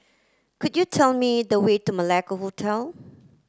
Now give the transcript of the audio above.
could you tell me the way to Malacca Hotel